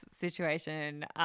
situation